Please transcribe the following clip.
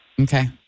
Okay